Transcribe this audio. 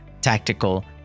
tactical